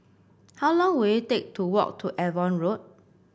how long will it take to walk to Avon Road